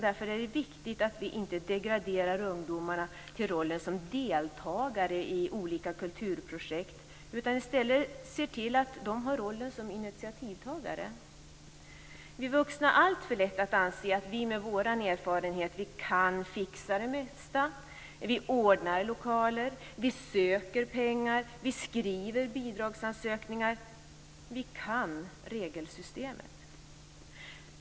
Därför är det viktigt att vi inte degraderar ungdomarna till rollen som deltagare i olika kulturprojekt utan i stället ser till att de har rollen som initiativtagare. Vi vuxna har alltför lätt att anse att vi med vår erfarenhet kan fixa det mesta. Vi ordnar lokaler, vi söker pengar, vi skriver bidragsansökningar, vi kan regelsystemet.